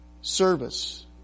service